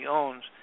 owns